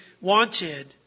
wanted